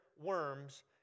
worms